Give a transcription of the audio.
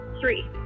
Three